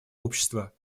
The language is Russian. общества